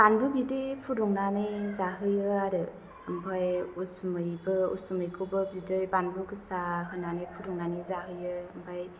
बानलु बिदै फुदुंनानै जाहोयो आरो ओमफ्राय उसुमैबो उसुमैखौबो बिदै बानलु गोसा होनानै फुदुंनानै जाहोयो ओमफ्राय